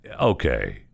okay